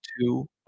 two